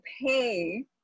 pay